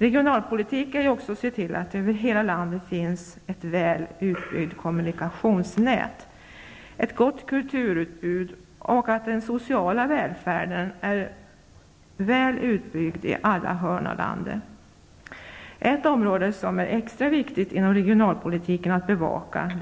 Regionalpolitik är också att se till att det över hela landet finns väl utbyggt kommunikationsnät och ett gott kulturutbud och att den sociala välfärden är väl utbyggd i alla hörn av landet. Ett område som är extra viktigt att bevaka inom regionalpolitiken